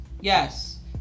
yes